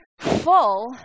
full